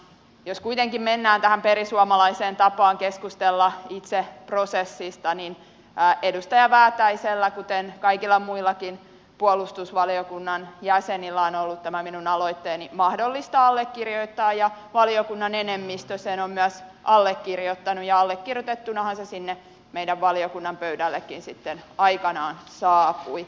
jos kuitenkin mennään tähän perisuomalaiseen tapaan keskustella itse prosessista niin edustaja väätäisellä kuten kaikilla muillakin puolustusvaliokunnan jäsenillä on ollut mahdollisuus allekirjoittaa tämä minun aloitteeni ja valiokunnan enemmistö sen on myös allekirjoittanut ja allekirjoitettunahan se sinne meidän valiokunnan pöydällekin sitten aikanaan saapui